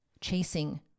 chasing